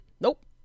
Nope